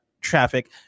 traffic